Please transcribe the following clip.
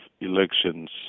elections